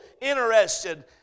interested